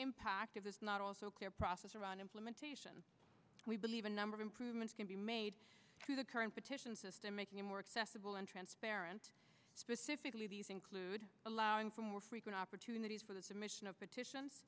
impact of this not also clear process or on implementation we believe a number of improvements can be made through the current petition system making it more accessible and transparent specifically these include allowing for more frequent opportunities for the submission of petitions